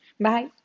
Bye